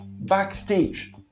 backstage